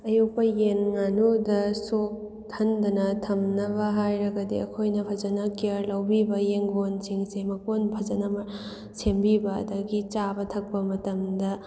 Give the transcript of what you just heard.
ꯑꯌꯣꯛꯞ ꯌꯦꯟ ꯉꯥꯅꯨꯗ ꯁꯣꯛꯍꯟꯗꯅ ꯊꯝꯅꯕ ꯍꯥꯏꯔꯒꯗꯤ ꯑꯩꯈꯣꯏꯅ ꯐꯖꯅ ꯀꯦꯌꯔ ꯂꯧꯕꯤꯕ ꯌꯦꯡꯒꯣꯟꯁꯤꯡꯁꯦ ꯃꯀꯣꯟ ꯐꯖꯅ ꯁꯦꯝꯕꯤꯕ ꯑꯗꯒꯤ ꯆꯥꯕ ꯊꯛꯄ ꯃꯇꯝꯗ